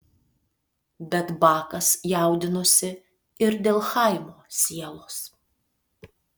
bet bakas jaudinosi ir dėl chaimo sielos